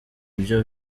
ibyo